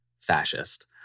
fascist